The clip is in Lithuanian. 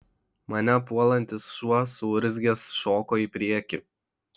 mane puolantis šuo suurzgęs šoko į priekį